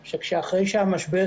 זה אומר שכל הקווים פועלים אבל רק בפחות